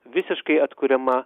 visiškai atkuriama